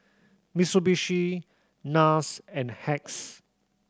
Mitsubishi Nars and Hacks